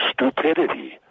stupidity